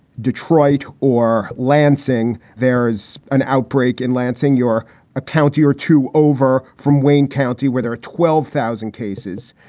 detroit or lansing. there is an outbreak in lansing, your county, or two over from wayne county where there are twelve thousand cases.